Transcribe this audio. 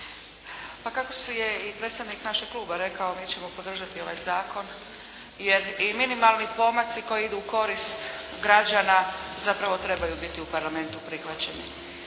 Pa kako je i predstavnik našeg kluba rekao mi ćemo podržati ovaj zakon jer i minimalni pomaci koji idu u korist građana zapravo trebaju biti u Parlamentu prihvaćeni.